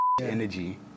energy